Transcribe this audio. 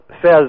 says